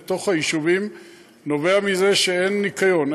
לתוך היישובים נובע מזה שאין ניקיון,